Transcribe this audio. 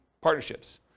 partnerships